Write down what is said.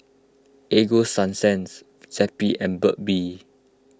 Ego Sunsense Zappy and Burt Bee